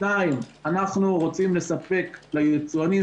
שתיים אנחנו רוצים לספק ליצואנים